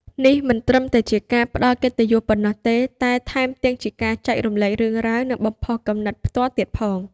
នេះមិនត្រឹមតែជាការផ្តល់កិត្តិយសប៉ុណ្ណោះទេ តែថែមទាំងជាការចែករំលែករឿងរ៉ាវ និងបំផុសគំនិតផ្ទាល់ទៀតផង។